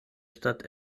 stadt